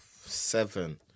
seven